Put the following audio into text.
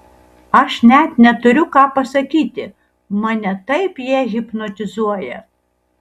aš net neturiu ką pasakyti mane taip jie hipnotizuoja